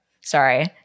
Sorry